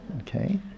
okay